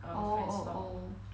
oh oh oh